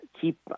keep